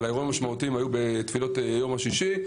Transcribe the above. אבל האירועים המשמעותיים היו בתפילות יום השישי.